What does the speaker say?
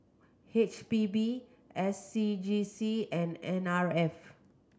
H P B S C G C and N R F